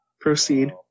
Proceed